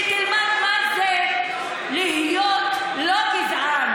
שתלמד מה זה להיות לא גזען,